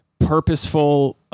purposeful